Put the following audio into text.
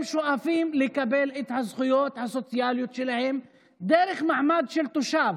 הם שואפים לקבל את הזכויות הסוציאליות שלהם דרך מעמד של תושב.